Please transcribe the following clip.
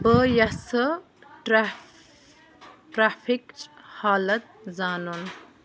بہٕ یژھٕ ٹرٛٮ۪ف ٹرٛٮ۪فکٕچ حالت زانُن